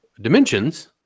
dimensions